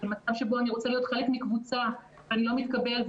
מצב שבו אני רוצה להיות חלק מקבוצה ואני לא מתקבל,